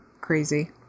crazy